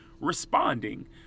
responding